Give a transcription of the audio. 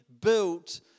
built